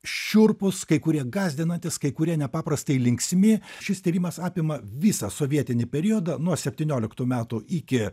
šiurpūs kai kurie gąsdinatys kai kurie nepaprastai linksmi šis tyrimas apima visą sovietinį periodą nuo septynioliktų metų iki